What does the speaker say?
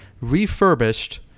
refurbished